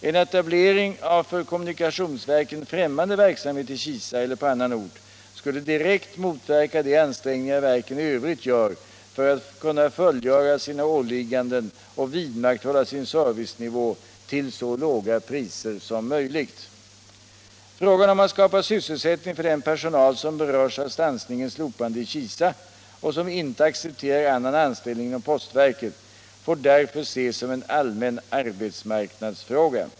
En etablering av för kommunikationsverken främmande verksamheter i Kisa eller på annan ort skulle direkt motverka de ansträngningar verken i övrigt gör för att kunna fullgöra sina åligganden och vidmakthålla sin servicenivå till så låga priser som möjligt. Frågan om att skapa sysselsättning för den personal som berörs av stansningens slopande i Kisa och som inte accepterar annan anställning inom postverket får därför ses som en allmän arbetsmarknadsfråga.